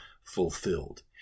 fulfilled